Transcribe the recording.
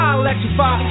electrify